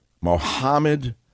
Mohammed